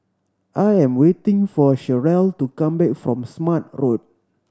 I am waiting for Cherrelle to come back from Smart Road